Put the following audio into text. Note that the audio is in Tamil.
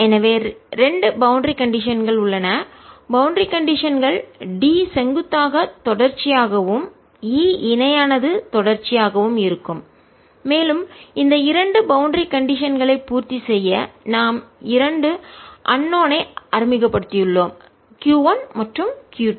எனவே 2 பவுண்டரி கண்டிஷன்கள் உள்ளன பௌண்டரி கண்டிஷன்கள் D செங்குத்தாக தொடர்ச்சியாகவும் E இணையானது தொடர்ச்சியாகவும் இருக்கும் மேலும் இந்த இரண்டு பவுண்டரி கண்டிஷன் களை பூர்த்தி செய்ய நாம் இரண்டு அந்நௌன் ஐ தெரியாதவற்றை அறிமுகப்படுத்தியுள்ளோம் q 1 மற்றும் q 2